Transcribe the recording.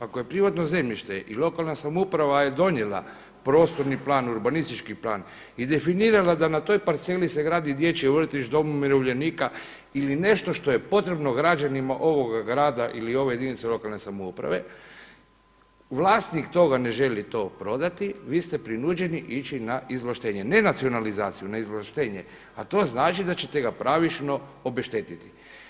Ako je privatno zemljište i lokalna samouprava je donijela prostorni plan, urbanistički plan i definirala da na toj parceli se gradi dječji vrtić, dom umirovljenika ili nešto što je potrebno građanima ovoga grada ili ove jedinice lokalne samouprave, vlasnik toga ne želi to prodati vi ste prinuđeni ići na izvlaštenje, ne nacionalizaciju na izvlaštenje, a to znači da ćete ga pravično obeštetiti.